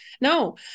no